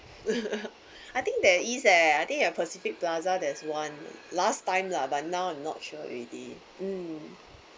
I think there is eh I think at pacific plaza there's one last time lah but now I'm not sure already mm